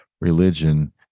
religion